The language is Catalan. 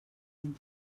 mil